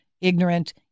ignorant